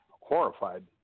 horrified